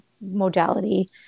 modality